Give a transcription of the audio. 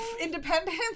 Independence